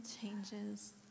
changes